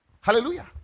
hallelujah